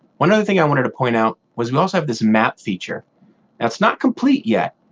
one other thing i wanted to point out was we also have this map feature that's not complete yet.